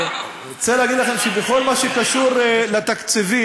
אני רוצה להגיד לכם שבכל מה שקשור לתקציבים,